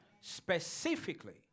Specifically